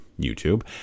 YouTube